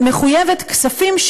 מחויבת, כספים,